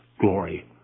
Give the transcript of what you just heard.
glory